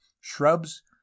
shrubs